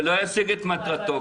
ולא ישיג את מטרתו,